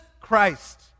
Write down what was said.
Christ